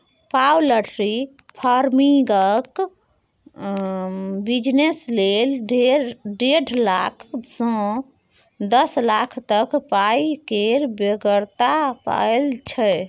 poultry फार्मिंगक business लेल डेढ़ लाख सँ दस लाख तक पाइ केर बेगरता परय छै